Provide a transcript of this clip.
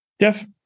Jeff